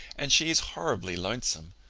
and she is horribly lonesome.